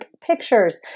pictures